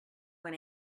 when